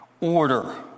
Order